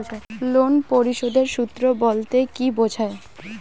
Loan পরিশোধের সূএ বলতে কি বোঝায়?